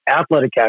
athletic